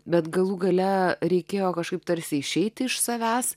bet galų gale reikėjo kažkaip tarsi išeiti iš savęs